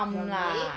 your leg